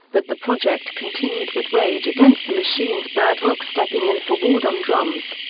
but the project continued with rage against the machine's brad wilk stepping in for ward on drums.